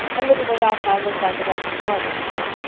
a little way off i'll look like a walking barber's pole.